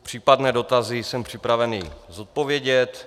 Případné dotazy jsem připraven zodpovědět.